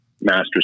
master